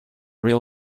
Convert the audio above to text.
real